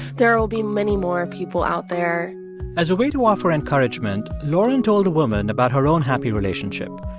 there'll be many more people out there as a way to offer encouragement, lauren told the woman about her own happy relationship.